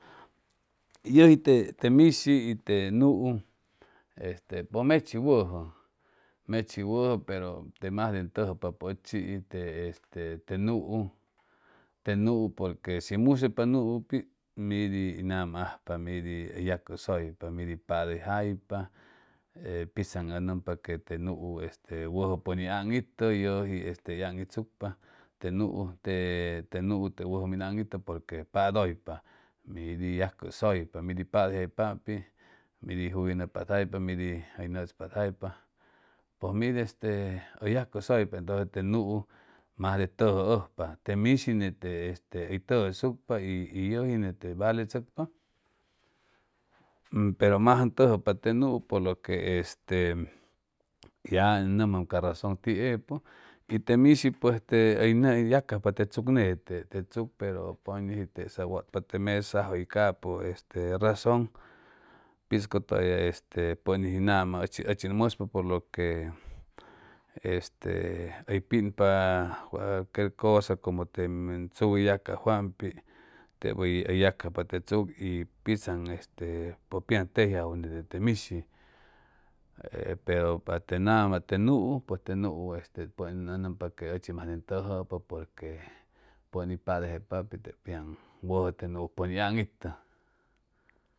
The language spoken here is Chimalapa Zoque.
Yʉji te te mishi y te nuu este pʉj mechi wʉjʉ mechi wʉjʉ pero te majde ʉn tʉjʉpapʉ ʉchiis te este te nuu te nuu porque shi musʉypa nuu pit midi nama ajpa midi yacʉsʉypa midi padʉyjaypa pitzaŋ ʉ nʉmpa que te nuu este wʉjʉ pʉn hʉy aŋitʉ yʉji aŋitsucpa te nuu te te nuu te wʉjʉ min aŋitʉ porque padʉypa midi yacʉsʉypa midi padʉyjaypaampit midi juyʉnʉ patjaypa midi nʉtz patjaypa ʉ mid este hʉy yacʉsʉypa entʉ te nuu majde tʉjʉʉjpa te mishi nete este hʉy tʉjʉsucpa y y yʉji nete valechʉcpa pero mas ʉn tʉjʉpa te nuu porque lo que ya ʉn nʉmam ca razon tiepʉ y te mishi pues te hʉy yacajpa te tzuk nete te tzuk pero pʉñʉji tesa wʉtpa te mesajʉ y capʉ este razon pitz cʉtʉya este pʉnis hʉy nama ʉchis ʉchi ʉn mʉspa por lo que este hʉy pinpa cualquier cosa como te min tzu yacajwampit tep hʉy hʉy yacajpa te tzuk y pitzaŋ este pʉj pitzaŋ tejiajwʉ net te mishi e pero pa te nama te nuu pues te nuu ʉ nʉmpa que ʉchi masde ʉn tʉjʉpa porque pʉn hʉy padʉyjaypapʉ te pitzaŋ wʉjʉ te nuu pues ni aŋitʉ